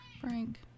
Frank